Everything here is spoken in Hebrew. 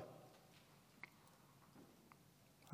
בבקשה,